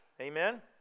amen